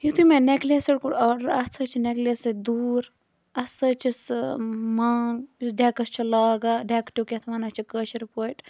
یُتھٕے مےٚ necklace set کوٚڑ آرڈَر اَتھ سۭتۍ چھِ نٮ۪کلٮ۪س سۭتۍ دوٗر اَتھ سۭتۍ چھِ سُہ مانٛگ یُس ڈٮ۪کَس چھِ لاگان ڈٮ۪کہٕ ٹیوٚک یَتھ وَنان چھِ کٲشِرۍ پٲٹھۍ